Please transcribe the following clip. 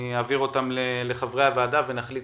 אני אעביר אותם לחברי הוועדה ונחליט